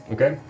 Okay